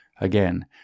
Again